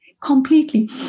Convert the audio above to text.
Completely